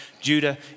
Judah